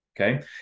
Okay